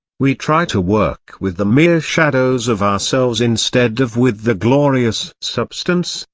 we try to work with the mere shadows of ourselves instead of with the glorious substance,